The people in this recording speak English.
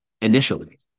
initially